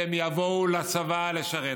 שהם יבואו לצבא לשרת.